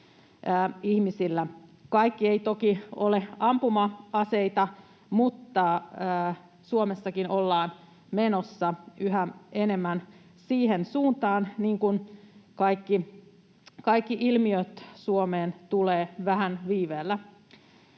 Kaikki eivät toki ole ampuma-aseita, mutta Suomessakin ollaan menossa yhä enemmän siihen suuntaan, niin kuin kaikki ilmiöt tulevat Suomeen vähän viiveellä.